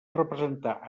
representar